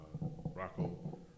Rocco